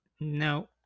no